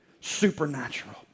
supernatural